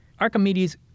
Archimedes